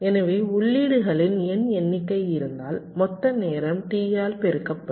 எனவே உள்ளீடுகளின் n எண்ணிக்கை இருந்தால் மொத்த நேரம் T ஆல் பெருக்கப்படும்